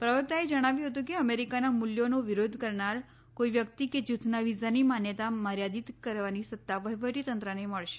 પ્રવક્તાએ જણાવ્યું હતું કે અમેરિકાના મૂલ્યોનો વિરોધ કરનાર કોઈ વ્યક્તિ કે જૂથના વિઝાની માન્યતા મર્યાદીત કરવાની સત્તા વહિવટીતંત્રને મળશે